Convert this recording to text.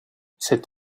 cet